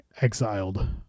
exiled